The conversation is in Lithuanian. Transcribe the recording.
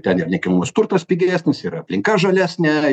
ten ir nekilnojamas turtas pigesnis ir aplinka žalesnė